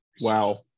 Wow